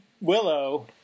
Willow